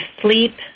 sleep